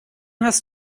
hast